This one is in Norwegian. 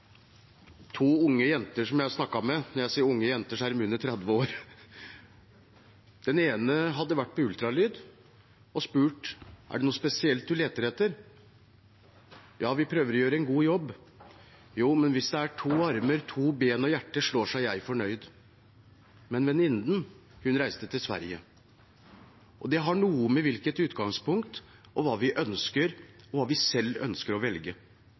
to unge jenter – når jeg sier «unge jenter», er de under 30 år – og den ene hadde vært på ultralyd og spurt: Er det noe spesielt dere leter etter? Ja, vi prøver å gjøre en god jobb, sa de. Jo, men hvis det er to armer, to ben og hjertet slår, er jeg fornøyd, svarte hun. Men venninnen hennes reiste til Sverige. Det har noe med hvilket utgangspunkt man har, og hva vi selv ønsker å velge.